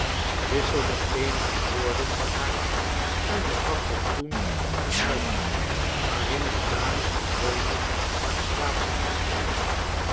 wisselde eenige woorden met haar en begaf zich toen naar het huisje waarin de dames gewoonlijk haar schaatsen afdeden